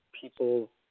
people